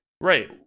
Right